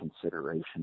consideration